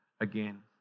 again